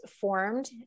formed